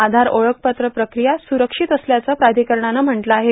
आधार ओळखपत्र प्रकीया सुरक्षित असल्याचं प्राधिकरणानं म्हटलं आहे